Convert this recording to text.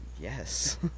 Yes